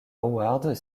howard